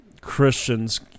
Christians